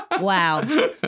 Wow